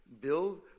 Build